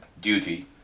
duty